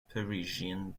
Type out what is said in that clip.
parisian